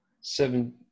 Seven